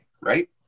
right